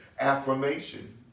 affirmation